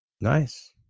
Nice